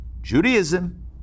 Judaism